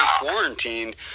quarantined